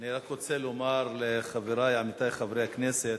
אני רק רוצה לומר לחברי, עמיתי חברי הכנסת,